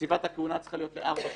קציבת הכהונה צריכה להיות לארבע שנים.